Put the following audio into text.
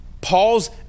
Paul's